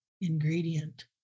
ingredient